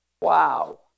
Wow